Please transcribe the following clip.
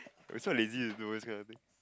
that's why I lazy to do this kind of thing